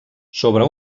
sobre